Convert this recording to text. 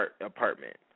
apartment